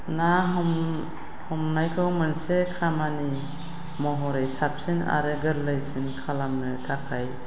ना हमनायखौ मोनसे खामानि महरै साबसिन आरो गोरलैसिन खालामनो थाखाय